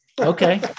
Okay